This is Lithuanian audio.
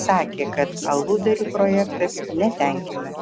sakė kad aludarių projektas netenkina